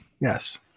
Yes